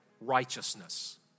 righteousness